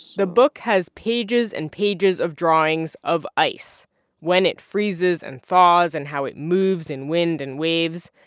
the book has pages and pages of drawings of ice when it freezes and thaws and how it moves in wind and waves.